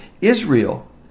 Israel